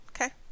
Okay